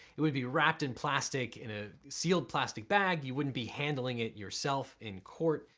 it would be wrapped in plastic in a sealed plastic bag. you wouldn't be handling it yourself in court.